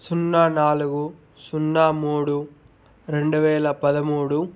సున్నా నాలుగు సున్నా మూడు రెండువేల పదమూడు